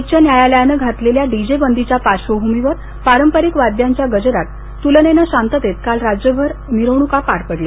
उच्च न्यायालयानं घातलेल्या डीजे बंदीच्या पार्श्वभूमीवर पारंपरिक बाद्यांच्या गजरात तुलनेनं शांततेत काल राज्यभर मिरवणुका पार पडल्या